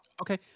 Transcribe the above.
Okay